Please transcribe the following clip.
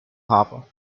harbor